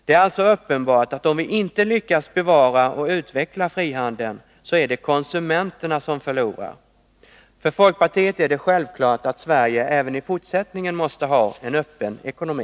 Det är alltså uppenbart, att om vi inte lyckas bevara och utveckla frihandeln, är det konsumenterna som förlorar. För folkpartiet är det självklart att Sverige även i fortsättningen måste ha en öppen ekonomi.